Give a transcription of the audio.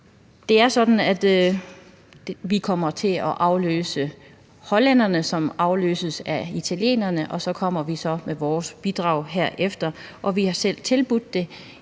vi kommer til at afløse hollænderne, som har afløst italienerne, og så kommer vi så med vores bidrag herefter. Vi har selv tilbudt det